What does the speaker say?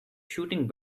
shooting